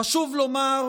חשוב לומר,